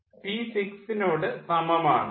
അഥവാ രണ്ടാമത്തെ പമ്പിനോട് സമമാണ്